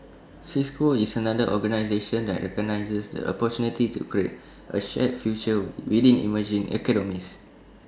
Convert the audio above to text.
cisco is another organisation that recognises the A opportunity to create A shared future within emerging economies